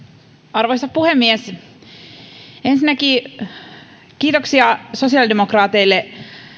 arvoisa puhemies ensinnäkin kiitoksia sosiaalidemokraateille